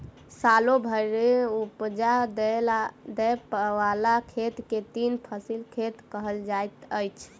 सालो भरि उपजा दय बला खेत के तीन फसिला खेत कहल जाइत अछि